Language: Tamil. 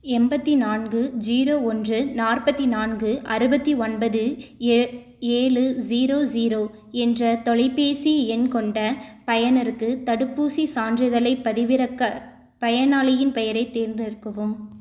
எண்பத்தி நான்கு ஜீரோ ஒன்று நாற்பத்தி நான்கு அறுபத்தி ஒன்பது ஏ ஏழு ஜீரோ ஜீரோ என்ற தொலைபேசி எண் கொண்ட பயனருக்கு தடுப்பூசிச் சான்றிதழைப் பதிவிறக்க பயனாளியின் பெயரைத் தேர்ந்தெடுக்கவும்